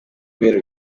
kubera